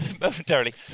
momentarily